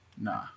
Nah